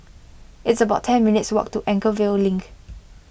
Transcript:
it's about ten minutes' walk to Anchorvale Link